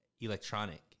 electronic